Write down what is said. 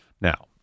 Now